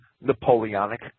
Napoleonic